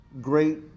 great